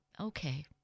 Okay